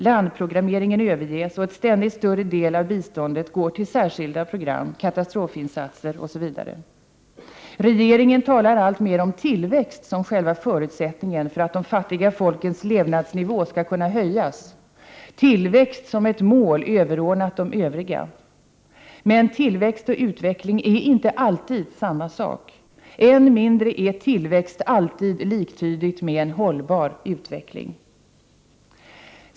Landprogrammeringen överges och en ständigt större del av biståndet går till särskilda program, katastrofinsatser osv. Regeringen talar alltmer om tillväxt som själva förutsättningen för att de fattiga folkens levnadsnivå skall kunna höjas, tillväxt som ett mål överordnat de övriga. Men tillväxt och utveckling är inte alltid samma sak. Än mindre är tillväxt alltid liktydig med en hållbar utveckling.